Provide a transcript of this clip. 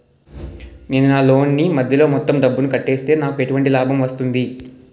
నేను నా లోన్ నీ మధ్యలో మొత్తం డబ్బును కట్టేస్తే నాకు ఎటువంటి లాభం వస్తుంది?